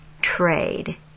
trade